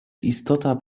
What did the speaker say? istota